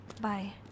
Bye